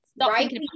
right